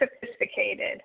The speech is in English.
sophisticated